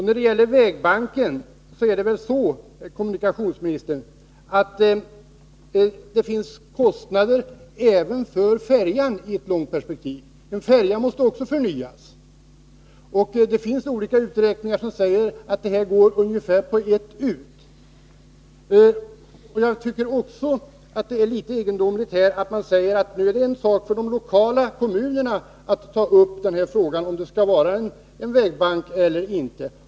När det gäller kostnader för vägbanken vill jag framhålla, kommunikationsministern, att det finns kostnader även i samband med färjan i ett långt perspektiv. Också en färja måste förnyas, och det finns olika uträkningar som säger att det hela går ungefär på ett ut. Jag tycker också att det är litet egendomligt att kommunikationsministern säger att det är kommunernas sak att ta upp frågan om det skall vara en vägbank eller inte.